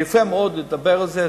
יפה מאוד לדבר על זה,